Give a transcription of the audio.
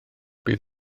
bydd